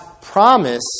promise